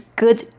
good